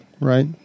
Right